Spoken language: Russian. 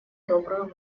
добрую